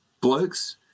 blokes